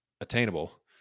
attainable